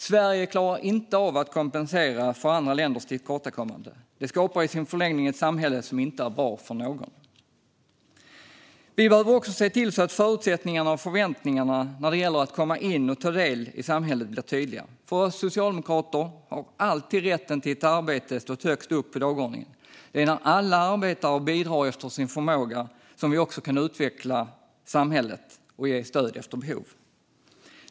Sverige klarar inte av att kompensera för andra länders tillkortakommanden. Det skapar i sin förlängning ett samhälle som inte är bra för någon. Vi behöver också se till att förutsättningarna och förväntningarna när det gäller att komma in och ta del i samhället blir tydliga. För oss socialdemokrater har rätten till ett arbete stått högst upp på dagordningen. Det är när alla arbetar och bidrar efter sin förmåga som vi också kan utveckla samhället och ge stöd efter behov.